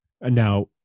Now